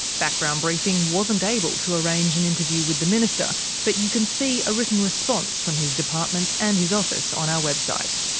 background briefing wasn't able to arrange an interview with the minister but you can see a written response from his department and his office on our website.